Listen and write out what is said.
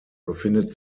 befindet